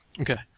Okay